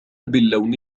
باللون